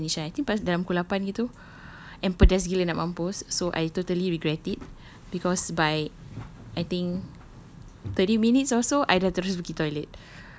right after I sent ishan I think lepas dalam pukul lapan gitu and pedas gila nak mampus so I totally regret it because by I think thirty minutes or so I dah terus pergi toilet